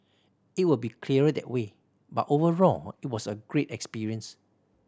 it will be clearer that way but overall it was a great experience